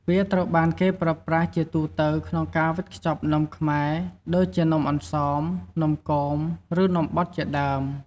វាត្រូវបានគេប្រើប្រាស់ជាទូទៅក្នុងការវេចខ្ចប់នំខ្មែរ ដូចជានំអន្សម នំគម ឬនំបត់ ជាដើម។